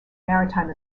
maritime